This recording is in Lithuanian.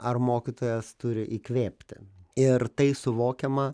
ar mokytojas turi įkvėpti ir tai suvokiama